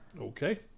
Okay